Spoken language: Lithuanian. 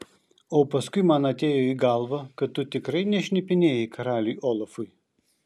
o paskui man atėjo į galvą kad tu tikrai nešnipinėjai karaliui olafui